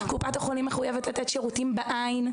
קופת החולים מחויבת לתת שירותים בעין,